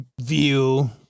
view